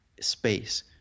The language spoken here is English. space